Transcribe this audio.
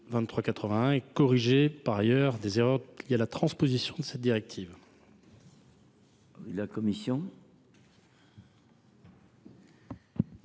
à corriger des erreurs liées à la transposition de cette directive.